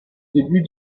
début